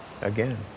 again